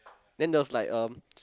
then there was like um